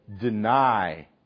deny